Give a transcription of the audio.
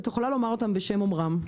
ואת יכולה לומר אותם בשם אומרם.